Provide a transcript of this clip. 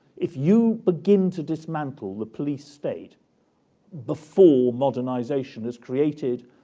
if you begin to dismantle the police state before modernization is created,